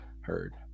heard